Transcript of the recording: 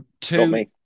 two